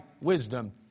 wisdom